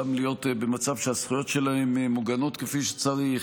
גם להיות במצב שהזכויות שלהם יהיו מוגנות כמו שצריך.